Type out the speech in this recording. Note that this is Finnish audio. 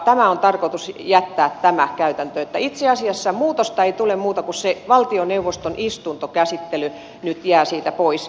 tämä käytäntö on tarkoitus jättää niin että itse asiassa muuta muutosta ei tule kuin että se valtioneuvoston istuntokäsittely nyt jää siitä pois